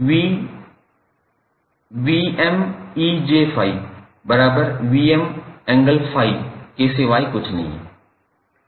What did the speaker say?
𝑽 𝑉𝑚𝑒𝑗∅𝑉𝑚∠∅ के सिवाय कुछ नहीं है